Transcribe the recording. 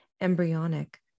embryonic